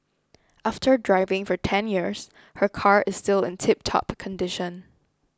after driving for ten years her car is still in tiptop condition